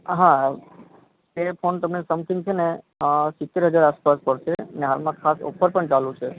હા એ ફોન તમને સમથીંગ છેને અઅ સિત્તેર હજાર આસપાસ પડશે અને હાલમાં ખાસ ઓફર પણ ચાલુ છે